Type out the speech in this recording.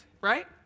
right